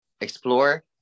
explore